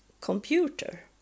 computer